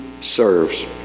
serves